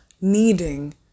needing